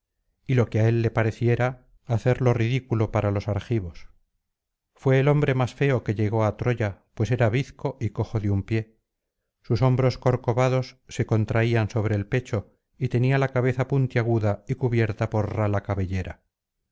y lo que á él le pareciera hacerlo ridículo páralos argivos fué el hombre más feo que llegó á troya pues era bizco y cojo de un pie sus hombros corcovados se contraían sobre el pecho y tenía la cabeza puntiaguda y cubierta por rala cabellera